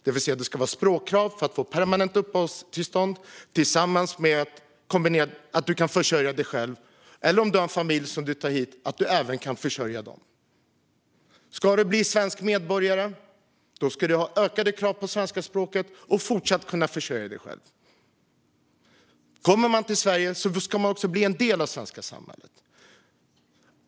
Det ska vara språkkrav för att få permanent uppehållstillstånd tillsammans med ett krav på att kunna försörja dig själv. Har du en familj som du tar hit ska du även kunna försörja den. Ska du bli svensk medborgare ska det vara ökade krav på kunskaper i svenska språket och ett fortsatt krav på att kunna försörja dig själv. Kommer man till Sverige ska man också bli en del av det svenska samhället.